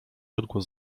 odgłos